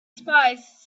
spies